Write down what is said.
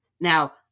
Now